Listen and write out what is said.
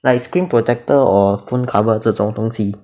like screen protector or phone cover 这种东西